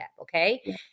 okay